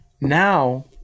Now